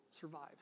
survives